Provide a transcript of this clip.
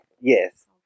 yes